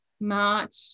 March